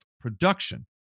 production